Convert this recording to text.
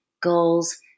goals